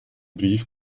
brief